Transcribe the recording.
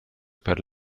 per